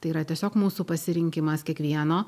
tai yra tiesiog mūsų pasirinkimas kiekvieno